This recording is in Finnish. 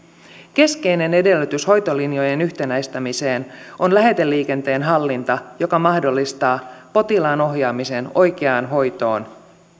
keskeinen edellytys hoitolinjojen yhtenäistämiseen on läheteliikenteen hallinta joka mahdollistaa potilaan ohjaamisen oikeaan hoitoon